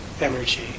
energy